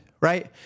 right